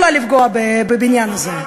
גם אבן יכולה לפגוע בבניין הזה,